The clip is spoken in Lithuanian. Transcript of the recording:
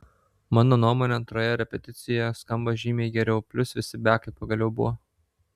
mano nuomone antroje repeticijoje skamba žymiai geriau plius visi bekai pagaliau buvo